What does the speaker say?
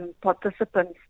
participants